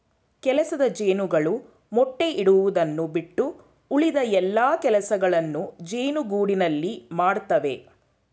ಕೆಲಸದ ಜೇನುಗಳು ಮೊಟ್ಟೆ ಇಡುವುದನ್ನು ಬಿಟ್ಟು ಉಳಿದ ಎಲ್ಲಾ ಕೆಲಸಗಳನ್ನು ಜೇನುಗೂಡಿನಲ್ಲಿ ಮಾಡತ್ತವೆ